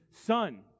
son